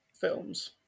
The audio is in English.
films